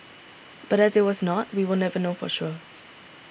but as it was not we will never know for sure